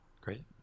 great